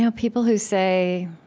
yeah people who say